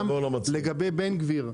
לגבי בן גביר,